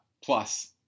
plus